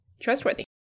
trustworthy